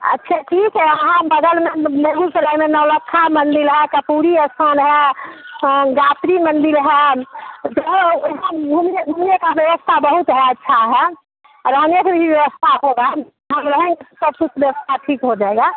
अच्छा ठीक है हाँ बगल में बेगूसराय में नौलखा मंदिर है कपूरी स्थल है हाँ गायत्री मंदिर है तो वहाँ घूमने घूमने का व्यवस्था बहुत है अच्छा है रहने के भी व्यवस्था होगा हम रहेंगे सब कुछ व्यवस्था ठीक हो जाएगा